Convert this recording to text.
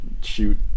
shoot